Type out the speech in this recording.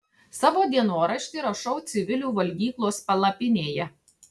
savo dienoraštį rašau civilių valgyklos palapinėje